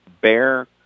Bear